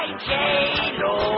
J-Lo